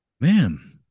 Man